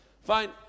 Fine